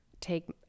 take